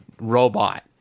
robot